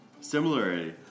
Similarly